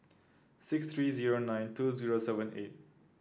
six three zero nine two zero seven eight